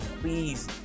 please